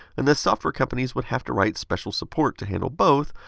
and thus, software companies would have to write special support to handle both,